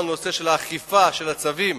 ייתכן מצב שאזרח ייפגע פגיעה